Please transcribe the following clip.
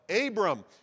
Abram